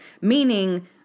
meaning